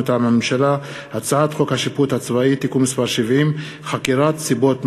מטעם הממשלה: הצעת חוק השיפוט הצבאי (תיקון מס' 70) (חקירת סיבות מוות),